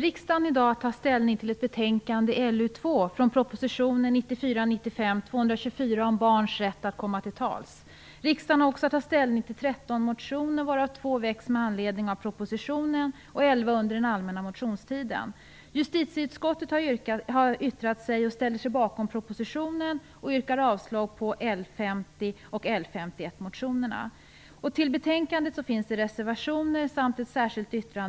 Riksdagen har i dag att ta ställning till betänkandet LU2, föranlett av propositionen 1994/95:224 om barns rätt att komma till tals. Riksdagen har också att ta ställning till 13 motioner, varav två väckts med anledning av propositionen och elva under den allmänna motionstiden. Justitieutkottet har yttrat sig och ställer sig bakom propositionen samt yrkar avslag på motionerna L50 och L51. Till betänkandet finns det reservationer samt ett särskilt yttrande.